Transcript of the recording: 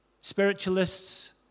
spiritualists